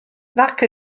nac